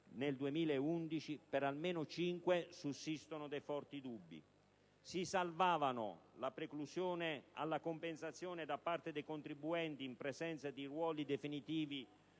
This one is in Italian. nel 2011, per almeno 5 sussistono dei forti dubbi. Si salvavano la preclusione alla compensazione da parte dei contribuenti in presenza di ruoli definitivi